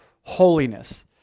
holiness